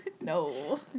No